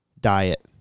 Diet